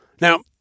Now